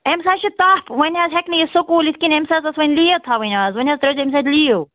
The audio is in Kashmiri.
أمِس حظ چھُ تَپھ وۅنۍ حظ ہیٚکہِ نہٕ یہِ سکوٗل یِتھ کیٚنٛہہ أمِس حظ ٲس وۅنۍ لیٖو تھاوٕنۍ اَز وۅنۍ حظ ترٛٲوۍزیٚو أمِس اَتہِ لیٖو